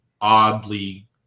oddly